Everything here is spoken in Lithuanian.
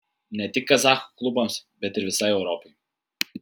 ne tik kazachų klubams bet ir visai europai